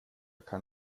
kann